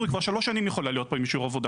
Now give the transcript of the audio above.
שלו כאן.